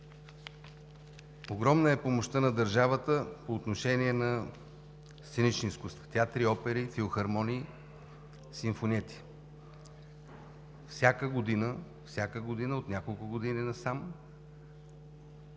Огромна е помощта на държавата по отношение на сценични изкуства – театри, опери, филхармонии, симфониети. Всяка година от няколко години насам